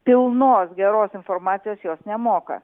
pilnos geros informacijos jos nemoka